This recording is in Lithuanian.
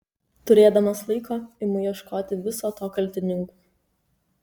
turėdamas laiko imu ieškoti viso to kaltininkų